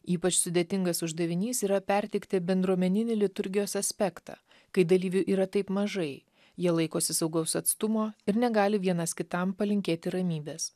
ypač sudėtingas uždavinys yra perteikti bendruomeninį liturgijos aspektą kai dalyvių yra taip mažai jie laikosi saugaus atstumo ir negali vienas kitam palinkėti ramybės